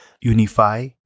Unify